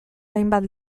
hainbat